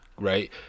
right